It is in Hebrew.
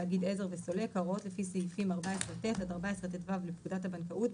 תאגיד עזר וסולק ההוראות לפי סעיפים 14ט עד 14טו לפקודת הבנקאות,